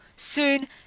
Soon